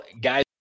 guys